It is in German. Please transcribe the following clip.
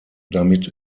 damit